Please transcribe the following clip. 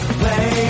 play